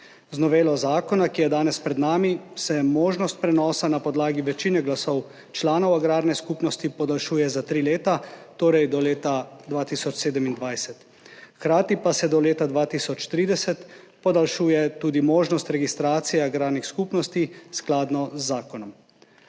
Z novelo zakona, ki je danes pred nami, se možnost prenosa na podlagi večine glasov članov agrarne skupnosti podaljšuje za tri leta, torej do leta 2027, hkrati pa se do leta 2030 podaljšuje tudi možnost registracije agrarnih skupnosti skladno z zakonom.